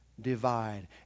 divide